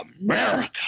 America